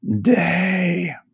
day